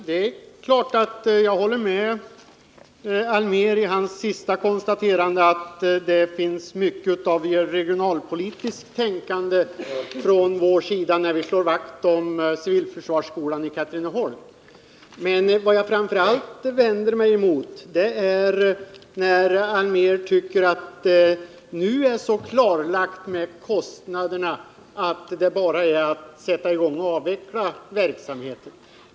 Herr talman! Jag håller med Göran Allmér i hans senaste konstaterande — att det finns mycket av regionalpolitiskt tänkande på vår sida när vi slår vakt om civilförsvarsskolan i Katrineholm. Men vad jag vänder mig emot är framför allt att Göran Allmér tycker att det nu är så klarlagt när det gäller kostnaderna att det bara är att sätta i gång och avveckla verksamheten.